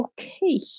okay